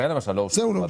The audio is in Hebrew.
זה, למשל, לא אושר.